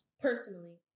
personally